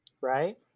right